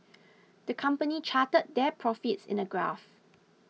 the company charted their profits in a graph